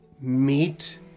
meet